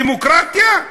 דמוקרטיה,